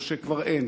או שכבר אין?